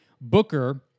Booker